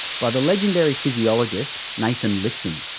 by the legendary physiologist nathan lifson.